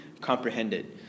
comprehended